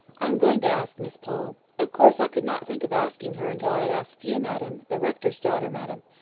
i am going to ask miss pole. of course, i could not think of asking her until i had asked you, madam the rector's daughter, madam.